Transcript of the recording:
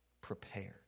prepared